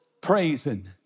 praising